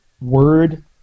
word